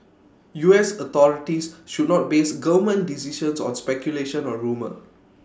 U S authorities should not base government decisions on speculation or rumour